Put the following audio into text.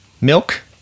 Milk